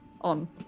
on